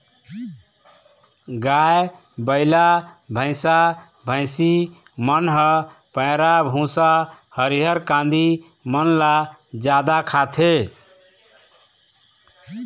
गाय, बइला, भइसा, भइसी मन ह पैरा, भूसा, हरियर कांदी मन ल जादा खाथे